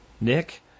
Nick